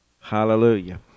Hallelujah